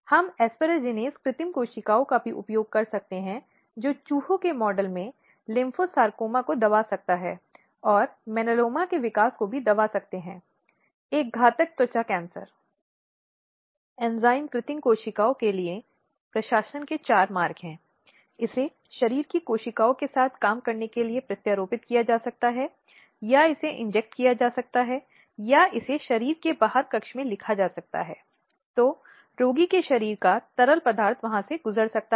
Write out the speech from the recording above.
अब यह परिवार में पत्नी की पिटाई शामिल हो सकती है इसमें महिला बच्चों का यौन शोषण शामिल हो सकता है इसमें दहेज सम्बन्धी हिंसा या महिलाओं के लिए हानिकारक अन्य पारंपरिक प्रथाएं शामिल हो सकती हैं जो शोषण करने के लिए गैर कानूनी हिंसा और हिंसा से संबंधित हैं